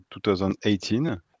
2018